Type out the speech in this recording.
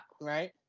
right